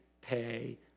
pay